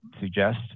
suggest